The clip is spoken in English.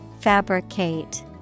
Fabricate